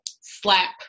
slap